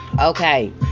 Okay